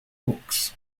books